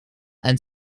and